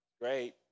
Great